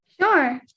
Sure